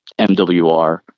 MWR